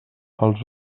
els